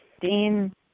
Dean